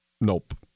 nope